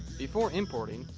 before importing,